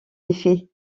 effet